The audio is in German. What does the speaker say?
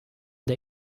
der